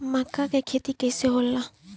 मका के खेती कइसे होला?